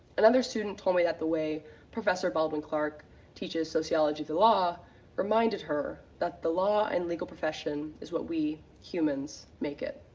another student told me about the way professor baldwin clark teaches sociology of the law reminded her that the law and legal profession is what we humans make it,